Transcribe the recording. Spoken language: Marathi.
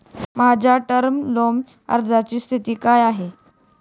माझ्या टर्म लोन अर्जाची स्थिती काय आहे?